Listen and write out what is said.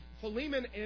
Philemon